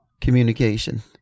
communication